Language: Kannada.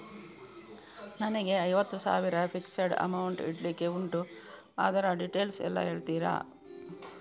ನನಗೆ ಐವತ್ತು ಸಾವಿರ ಫಿಕ್ಸೆಡ್ ಅಮೌಂಟ್ ಇಡ್ಲಿಕ್ಕೆ ಉಂಟು ಅದ್ರ ಡೀಟೇಲ್ಸ್ ಎಲ್ಲಾ ಹೇಳ್ತೀರಾ?